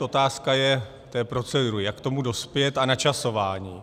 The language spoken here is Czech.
Otázka je té procedury, jak k tomu dospět, a načasování.